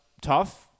tough